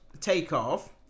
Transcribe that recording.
takeoff